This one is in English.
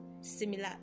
similar